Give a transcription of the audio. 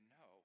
no